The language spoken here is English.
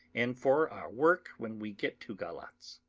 and for our work when we get to galatz.